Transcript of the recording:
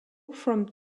from